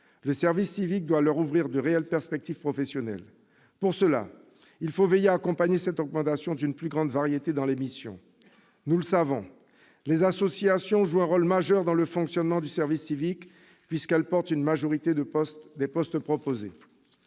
Le service civique doit leur ouvrir de réelles perspectives professionnelles. Pour cela, il faut veiller à accompagner cette augmentation d'une plus grande variété de missions. Nous le savons, les associations jouent un rôle majeur dans le fonctionnement du service civique, puisqu'elles portent la majorité des postes proposés.